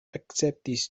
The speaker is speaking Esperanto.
akceptis